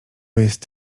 jest